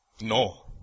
No